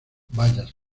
bayas